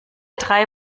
drei